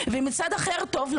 ומצד שני,